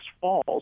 falls